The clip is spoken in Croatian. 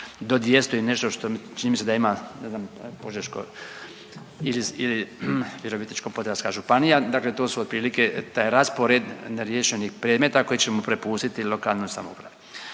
do 200 i nešto čini mi se da ima ne znam požeško ili Virovitičko-podravska županija. Dakle, to su otprilike taj raspored neriješenih predmeta koje ćemo prepustiti lokalnoj samoupravi.